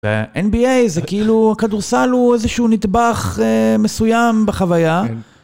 NBA זה כאילו, הכדורסל הוא איזשהו נדבך מסוים בחוויה.